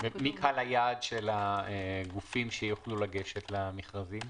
מי קהל היעד של הגופים שיוכלו לגשת למכרזים?